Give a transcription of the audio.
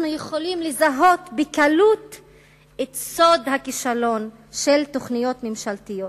אנחנו יכולים לזהות בקלות את סוד הכישלון של תוכניות ממשלתיות,